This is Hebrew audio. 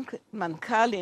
שני המנכ"לים,